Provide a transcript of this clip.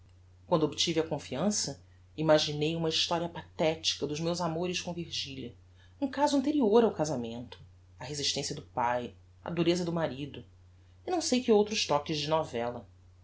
quando obtive a confiança imaginei uma historia pathetica dos meus amores com virgilia um caso anterior ao casamento a resistencia do pae a dureza do marido e não sei que outros toques de novella